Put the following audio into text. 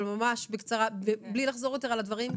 אבל ממש בקצרה ובלי לחזור על הדברים.